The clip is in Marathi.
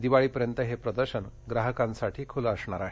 दिवाळीपर्यंत हे प्रदर्शन ग्राहकांसाठी खुलं असणार आहे